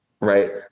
Right